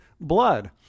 blood